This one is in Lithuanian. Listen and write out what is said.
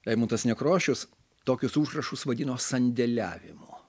eimuntas nekrošius tokius užrašus vadino sandėliavimu